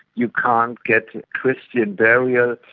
you can't get a christian burial.